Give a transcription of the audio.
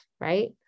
right